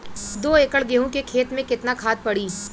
दो एकड़ गेहूँ के खेत मे केतना खाद पड़ी?